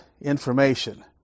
information